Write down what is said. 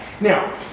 Now